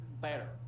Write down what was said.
better